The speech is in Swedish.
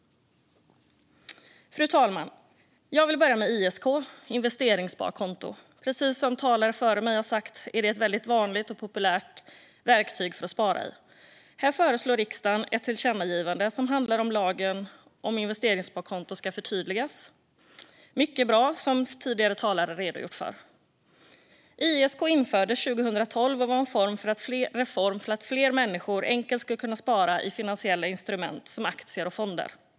Fru talman! Jag vill börja med ISK, investeringssparkonto. Precis som talare före mig har sagt är det ett väldigt vanligt och populärt verktyg att spara i. Här föreslår riksdagen ett tillkännagivande som handlar om att lagen om investeringssparkonto ska förtydligas. Det är mycket bra, som tidigare talare har redogjort för. ISK infördes 2012 och var en reform för att fler människor enkelt skulle kunna spara i finansiella instrument som aktier och fonder.